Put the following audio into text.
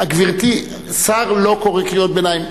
גברתי, שר לא קורא קריאות ביניים.